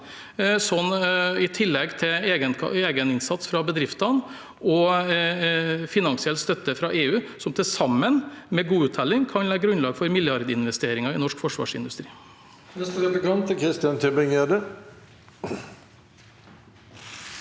i tillegg til egeninnsats fra bedriftene og finansiell støtte fra EU, og til sammen – med god uttelling – kan det legge grunnlag for milliardinvesteringer i norsk forsvarsindustri.